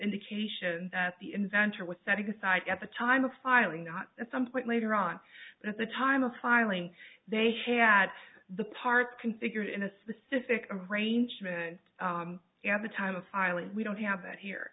indication that the inventor with setting aside at the time of filing not at some point later on at the time of highly they had the parts configured in a specific arrangement you have the time of filing we don't have that here